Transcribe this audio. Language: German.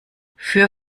für